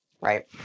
Right